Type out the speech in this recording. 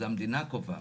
המדינה קובעת.